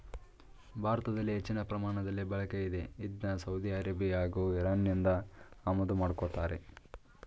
ಭಾರತದಲ್ಲಿ ಹೆಚ್ಚಿನ ಪ್ರಮಾಣದಲ್ಲಿ ಬಳಕೆಯಿದೆ ಇದ್ನ ಸೌದಿ ಅರೇಬಿಯಾ ಹಾಗೂ ಇರಾನ್ನಿಂದ ಆಮದು ಮಾಡ್ಕೋತಾರೆ